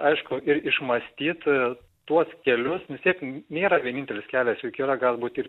aišku ir iš mąstytojo tuos kelius nesėkmė nėra vienintelis kelias į gera galbūt ir